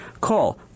Call